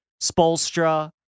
Spolstra